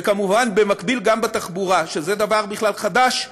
וכמובן, במקביל גם בתחבורה, שזה בכלל דבר חדש,